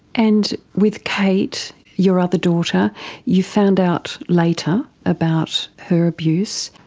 and with kate your other daughter you found out later about her abuse.